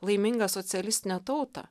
laimingą socialistinę tautą